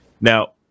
Now